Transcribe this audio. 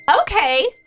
Okay